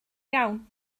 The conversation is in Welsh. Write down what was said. iawn